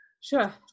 Sure